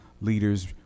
leaders